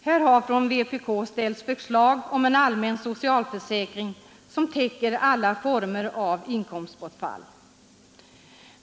Här har från vpk ställts förslag om en allmän socialförsäkring, som täcker alla former av inkomstbortfall.